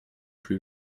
plus